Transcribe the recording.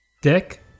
Dick